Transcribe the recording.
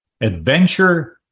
Adventure